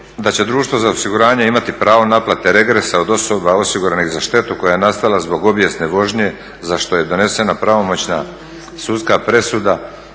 da će društvo za osiguranje imati pravo naplate regresa od osoba osiguranih za štetu koja je nastala zbog obijesne vožnje za što je donesena pravomoćna sudska presuda